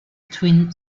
twin